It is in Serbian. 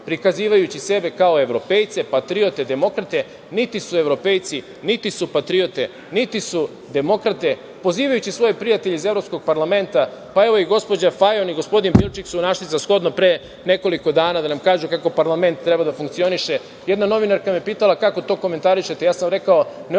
prikazujući sebe kao evropejce, patriote, demokrate. Niti su evropejci, niti su patriote, niti su demokrate. Pozivajući svoje prijatelje iz Evropskog parlamenta, pa, evo, i gospođa Fajon i gospodin Bilčik su našli za shodno pre nekoliko dana da nam kažu kako parlament treba da funkcioniše. Jedna novinarka me pitala - kako to komentarišete? Ja sam rekao - ne